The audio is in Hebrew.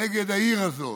נגד העיר הזאת.